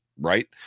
right